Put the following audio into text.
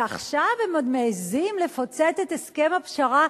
ועכשיו הם עוד מעזים לפוצץ את הסכם הפשרה,